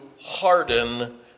harden